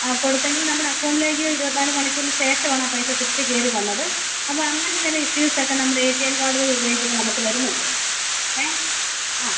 ആ കൊടുത്തെങ്കിൽ നമ്മുടെ അക്കോണ്ട്ലേക്ക് ഇരുപത്തിനാല് മണിക്കൂറിന് ശേഷമാണ് ആ പൈസ തിരിച്ച് കയറി വന്നത് അപ്പം അങ്ങനെ ചില ഇഷ്യൂസെക്കെ നമ്മുടെ എ ടി എം കാർഡ് വഴി ഉപയോഗിക്കുമ്പം നമുക്ക് വരുന്നുണ്ട് ഏ ആ